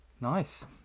Nice